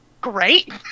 great